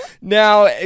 Now